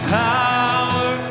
power